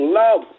love